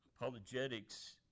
apologetics